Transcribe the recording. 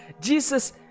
Jesus